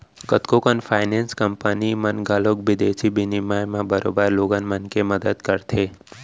कतको कन finance company मन ह घलौक बिदेसी बिनिमय म बरोबर लोगन मन के मदत करथे